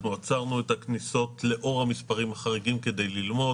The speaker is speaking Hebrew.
אנחנו עצרנו את הכניסות לאור הנתונים החריגים כדי ללמוד אותם.